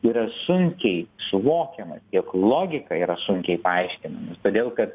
yra sunkiai suvokiama tiek logika yra sunkiai paaiškinama todėl kad